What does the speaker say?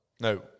no